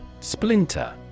splinter